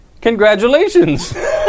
congratulations